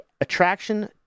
attraction